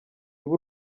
b’u